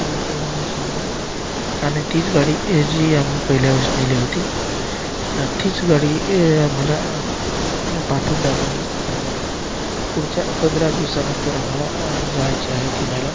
करायची आहे म्हणून सांगा आणि तीच गाडी ए जी आम्ही पहिल्या वेळेस नेली होती हं तीच गाडी ए आम्हाला पाठवून द्या म्हणून सांगा पुढच्या पंधरा दिवसानंतर आम्हाला जायचे आहे पुण्याला